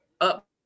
up